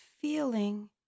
feeling